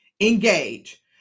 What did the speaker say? engage